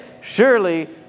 Surely